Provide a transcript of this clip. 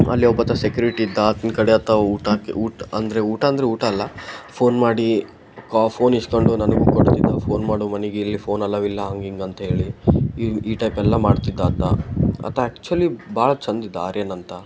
ಅಲ್ಲಿ ಒಬ್ಬಾತ ಸೆಕ್ಯೂರಿಟಿ ಇದ್ದ ಆತನ ಕಡೆ ಆತ ಊಟಕೆ ಊಟ ಅಂದರೆ ಊಟ ಅಂದರೆ ಊಟ ಅಲ್ಲ ಫೋನ್ ಮಾಡಿ ಕಾ ಫೋನ್ ಇಸ್ಕೊಂಡು ನನಗೂ ಕೊಡ್ತಿದ್ದ ಫೋನ್ ಮಾಡು ಮನೆಗಿಲ್ಲಿ ಫೋನ್ ಅಲೌ ಇಲ್ಲ ಹಂಗೆ ಹಿಂಗೆ ಅಂತೇಳಿ ಈ ಈ ಟೈಪೆಲ್ಲ ಮಾಡ್ತಿದ್ದ ಆತ ಆತ ಆ್ಯಕ್ಚುಲಿ ಭಾಳ ಚಂದ್ ಇದ್ದ ಆರ್ಯನ್ ಅಂತ